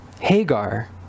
Hagar